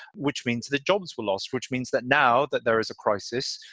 which means that jobs were lost, which means that now that there is a crisis,